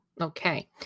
Okay